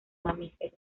mamíferos